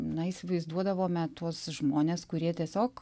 na įsivaizduodavome tuos žmones kurie tiesiog